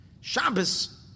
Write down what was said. Shabbos